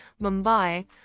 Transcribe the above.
Mumbai